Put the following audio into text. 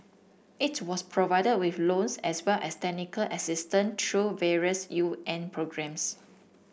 it was provided with loans as well as technical assistance through various U N programmes